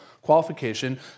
qualification